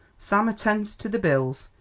sam attends to the bills.